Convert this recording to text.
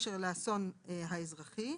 בקשר לאסון האזרחי.